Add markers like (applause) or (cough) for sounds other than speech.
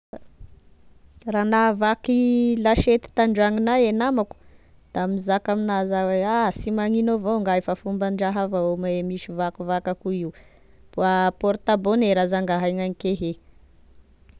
Raha nahavaky lasiety tandragnonah e namako da mizaka aminazy ah hoe ah sy magnino evao ngah io fa fomba-draha avao e misy vakivaky akoa io, (hesitation) porte bonera za nga hay nanike he.